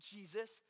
Jesus